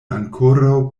ankoraŭ